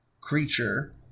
creature